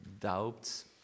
doubts